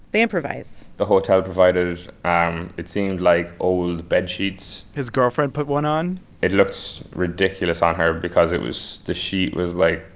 they improvise the hotel provided um it seemed like old bedsheets his girlfriend put one on it looked ridiculous on her because it was the sheet was, like,